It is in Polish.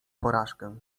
porażkę